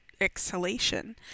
exhalation